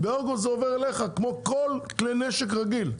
באוגוסט זה עובר אליך כמו כל כלי נשק רגיל,